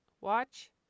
watch